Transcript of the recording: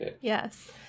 Yes